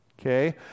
okay